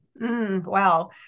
Wow